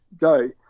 go